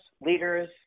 leaders